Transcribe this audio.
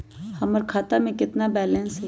हमर खाता में केतना बैलेंस हई?